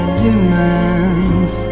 demands